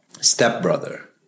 stepbrother